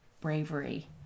bravery